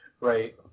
Right